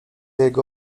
jego